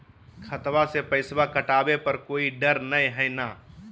खतबा से पैसबा कटाबे पर कोइ डर नय हय ना?